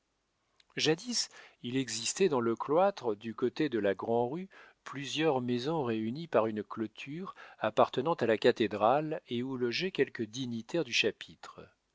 jadis il existait dans le cloître du côté de la grand'rue plusieurs maisons réunies par une clôture appartenant à la cathédrale et où logeaient quelques dignitaires du chapitre